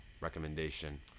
recommendation